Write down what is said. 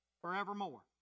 Forevermore